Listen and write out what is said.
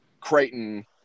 Creighton